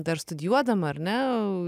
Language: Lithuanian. dar studijuodama ar ne